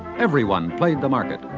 everyone played the market.